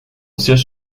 siège